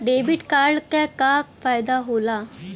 Debit card क का फायदा हो ला?